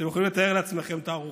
אתם יכולים לתאר לעצמכם את הארוחה.